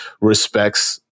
respects